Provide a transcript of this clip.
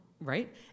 right